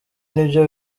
nibyo